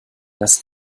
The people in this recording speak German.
das